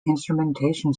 instrumentation